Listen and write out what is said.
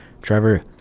Trevor